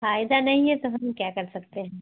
फायदा नहीं है तो हम क्या कर सकते हैं